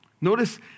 Notice